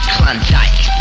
Klondike